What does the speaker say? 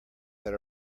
that